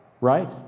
Right